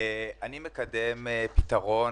הפתרון